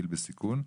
גיל בסיכון,